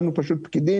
שמנו פקידים,